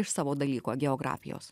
iš savo dalyko geografijos